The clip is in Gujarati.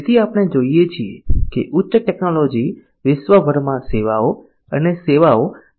તેથી આપણે જોઈએ છીએ કે ઉચ્ચ ટેકનોલોજી વિશ્વભરમાં સેવાઓ અને સેવાઓ વાતાવરણને અસર કરી રહી છે